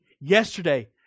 yesterday